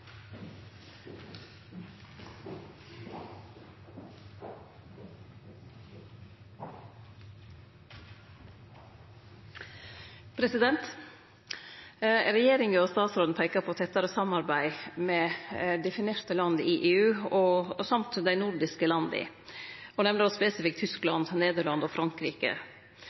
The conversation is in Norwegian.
ut. Regjeringa og utanriksministeren peikar på tettare samarbeid med definerte land i EU og med dei nordiske landa – og nemnde spesifikt Tyskland, Nederland og Frankrike.